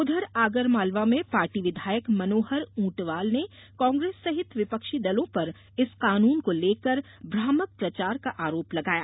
उधर आगरमालवा में पार्टी विधायक मनोहर ऊंटवाल ने कांग्रेस सहित विपक्षी दलों पर इस कानून को लेकर भ्रामक प्रचार का आरोप लगाया